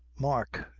mark,